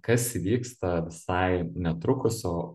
kas įvyksta visai netrukus o